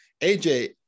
AJ